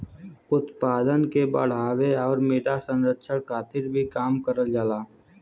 उत्पादन के बढ़ावे आउर मृदा संरक्षण खातिर भी काम करल जाला